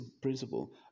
principle